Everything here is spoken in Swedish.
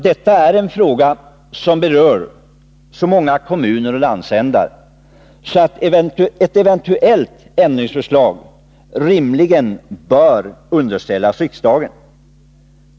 Detta är en fråga som berör så många kommuner och landsändar, att ett eventuellt ändringsförslag självfallet bör underställas riksdagen.